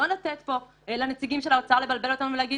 לא לתת פה לנציגים של האוצר לבלבל אותנו ולהגיד